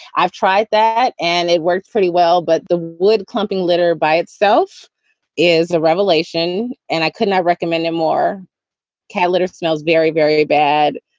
i've tried that and it works pretty well. but the wood clumping litter by itself is a revelation, and i could not recommend a more cat litter. smells very, very bad.